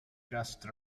just